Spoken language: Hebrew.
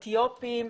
אתיופים,